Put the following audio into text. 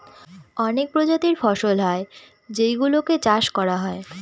অনেক প্রজাতির ফসল হয় যেই গুলো চাষ করা হয়